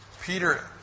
Peter